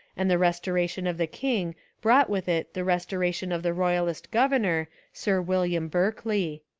and the restoration of the king brought with it the restoration of the royalist governor, sir william berkeley.